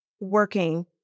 working